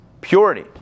purity